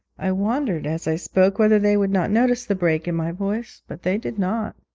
i wondered as i spoke whether they would not notice the break in my voice, but they did not.